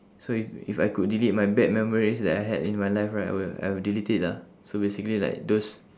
so if if I could delete my bad memories that I had in my life right I will I will delete it lah so basically like those